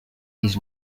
his